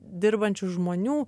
dirbančių žmonių